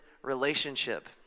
relationship